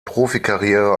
profikarriere